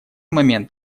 момент